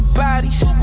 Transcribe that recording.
bodies